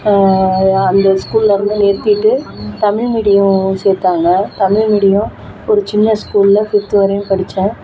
அந்த ஸ்கூலில் இருந்து நிறுத்திவிட்டு தமிழ் மீடியம் சேர்த்தாங்க தமிழ் மீடியம் ஒரு சின்ன ஸ்கூலில் ஃபிஃப்த் வரையும் படித்தேன்